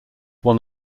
one